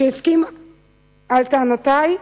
שהסכים עם טענותי,